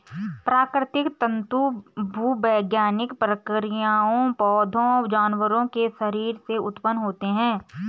प्राकृतिक तंतु भूवैज्ञानिक प्रक्रियाओं, पौधों, जानवरों के शरीर से उत्पन्न होते हैं